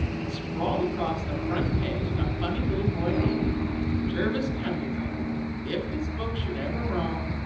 and sprawled across the front page in a funny little-boy hand jervis pendleton if this book should ever roam,